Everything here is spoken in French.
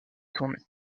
tournés